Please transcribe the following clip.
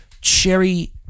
cherry